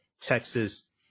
Texas